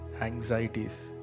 anxieties